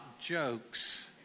jokes